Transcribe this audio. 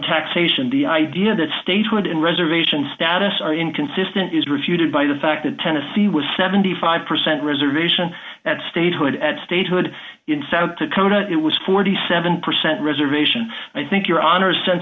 taxation the idea that statehood and reservation status are inconsistent is refuted by the fact that tennessee was seventy five percent reservation at statehood at statehood in south dakota it was forty seven percent reservation and i think your honor sense